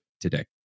today